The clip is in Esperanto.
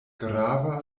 grava